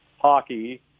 hockey